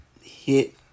hit